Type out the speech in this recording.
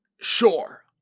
sure